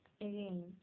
again